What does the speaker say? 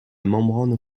membrane